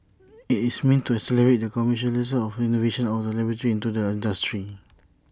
IT is meant to accelerate the commercialisation of innovations out of the laboratory into the industry